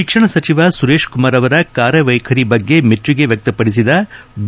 ಶಿಕ್ಷಣ ಸಚಿವ ಸುರೇಶಕುಮಾರ್ ಅವರ ಕಾರ್ಯವೈಖರಿ ಬಗ್ಗೆ ಮೆಚ್ಚುಗೆ ವ್ಯಕ್ತಪದಿಸಿದ ಬಿ